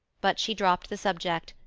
but she dropped the subject,